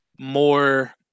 more